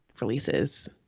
releases